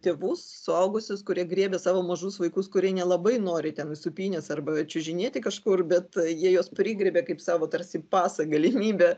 tėvus suaugusius kurie griebia savo mažus vaikus kurie nelabai nori ten sūpynės arba čiužinėti kažkur bet jie juos prigriebia kaip savo tarsi pasą galimybę